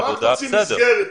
אבל זה רק מסגרת תקציבית,